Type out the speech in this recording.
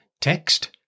text